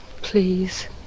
please